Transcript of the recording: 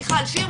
מיכל שיר,